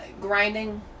grinding